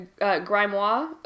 grimoire